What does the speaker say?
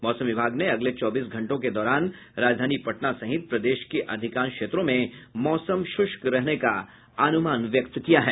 मौसम विभाग ने अगले चौबीस घंटों के दौरान राजधानी पटना सहित प्रदेश के अधिकांश क्षेत्रों में मौसम शुष्क रहने का अनुमान व्यक्त किया है